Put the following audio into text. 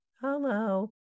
Hello